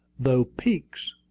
though peeks,